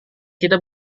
kita